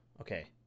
Okay